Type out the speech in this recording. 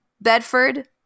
Bedford